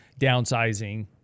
downsizing